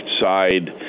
side